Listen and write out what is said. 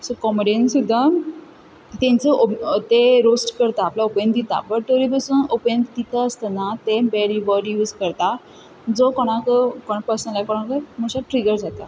so comedian सुद्दां तेंचो ते रोस्ट करता आपलो ओपिनियन दिता बट हे पासून ओपिनियन दिता आसतना ते बॅड वर्ड यूज करता जो कोणाकूय पर्सनाक कोणाकू ट्रिगर जाता